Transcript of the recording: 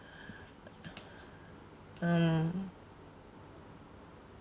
um